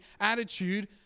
attitude